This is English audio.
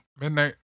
midnight